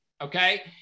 Okay